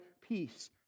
peace